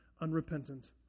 unrepentant